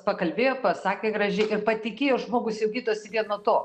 pakalbėjo pasakė gražiai ir patikėjo žmogus jau gydosi vien nuo to